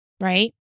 right